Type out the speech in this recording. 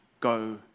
Go